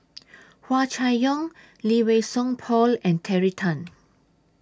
Hua Chai Yong Lee Wei Song Paul and Terry Tan